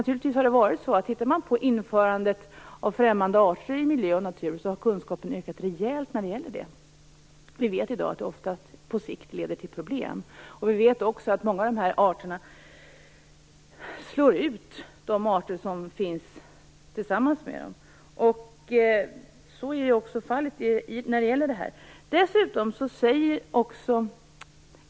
Kunskapen har ökat rejält när det gäller införandet av främmande arter i miljö och natur. Vi vet i dag att det oftast på sikt leder till problem. Vi vet också att många av de nya arterna slår ut de arter som finns tillsammans med dem. Så är också fallet när det gäller kräftorna.